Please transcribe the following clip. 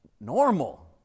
normal